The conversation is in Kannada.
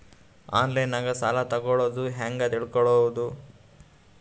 ಆನ್ಲೈನಾಗ ಸಾಲ ತಗೊಳ್ಳೋದು ಹ್ಯಾಂಗ್ ತಿಳಕೊಳ್ಳುವುದು?